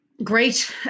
Great